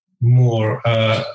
more